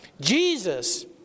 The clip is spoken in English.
Jesus